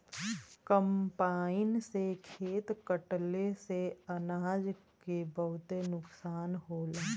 combine से खेत कटले से अनाज के बहुते नुकसान होला